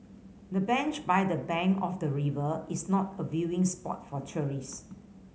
the bench by the bank of the river is not a viewing spot for tourist